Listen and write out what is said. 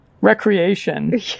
Recreation